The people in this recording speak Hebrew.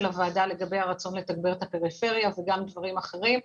הוועדה לגבי הרצון לתגבר את הפריפריה וגם דברים אחרים.